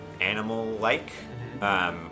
animal-like